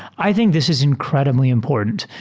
i think this is incred ibly important.